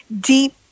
deep